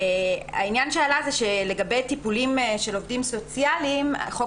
עלה העניין שלגבי טיפולים של עובדים סוציאליים חוק